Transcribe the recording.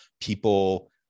people